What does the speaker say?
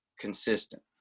consistent